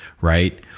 Right